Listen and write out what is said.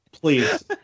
please